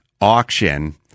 auction –